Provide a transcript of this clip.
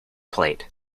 plate